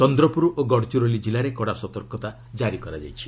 ଚନ୍ଦ୍ରପୁର ଓ ଗଡ଼ଚିରୋଲି ଜିଲ୍ଲାରେ କଡ଼ା ସତର୍କତା କାରି କରାଯାଇଛି